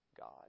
God